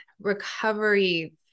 recovery